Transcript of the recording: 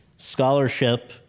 scholarship